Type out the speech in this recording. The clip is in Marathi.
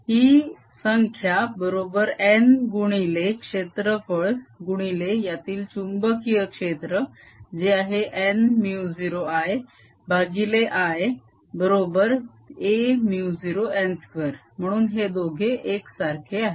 ही संख्या बरोबर n गुणिले क्षेत्रफळ गुणिले यातील चुंबकीय क्षेत्र जे आहे n μ0I भागिले I बरोबर a μ0n2 म्हणून हे दोघे एकसारखे आहेत